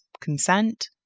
consent